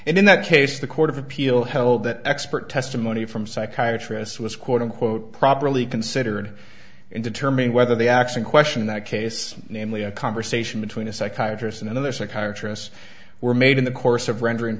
and in that case the court of appeal held that expert testimony from psychiatrists was quote unquote properly considered in determining whether they actually question that case namely a conversation between a psychiatrist and another psychiatrist were made in the course of rendering